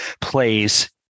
plays